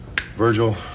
Virgil